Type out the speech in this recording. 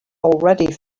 already